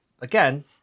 again